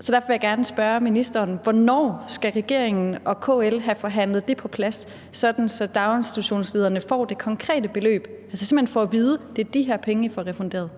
Så derfor vil jeg gerne spørge ministeren: Hvornår skal regeringen og KL have forhandlet det på plads, sådan at daginstitutionslederne får det konkrete beløb, altså simpelt hen får at vide, at det er de her penge, de får refunderet?